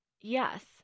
Yes